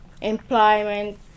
employment